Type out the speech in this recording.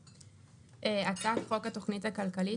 הצעת חוק התוכנית הכלכלית,